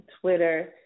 Twitter